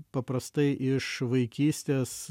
paprastai iš vaikystės